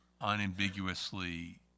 unambiguously